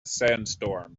sandstorm